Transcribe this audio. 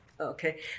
Okay